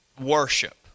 worship